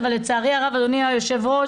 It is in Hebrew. אבל לצערי הרב אדוני היו"ר,